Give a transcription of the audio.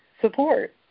support